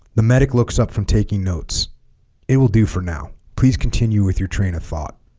the medic looks up from taking notes it will do for now please continue with your train of thought